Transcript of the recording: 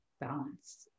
balance